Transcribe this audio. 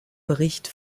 bericht